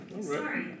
sorry